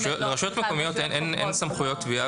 לרשויות מקומיות אין סמכויות תביעה